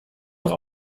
doch